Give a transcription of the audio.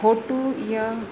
photo इयं